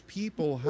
people